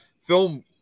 film